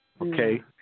Okay